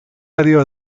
arriva